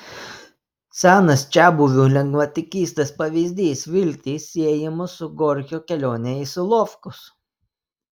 senas čiabuvių lengvatikystės pavyzdys viltys siejamos su gorkio kelione į solovkus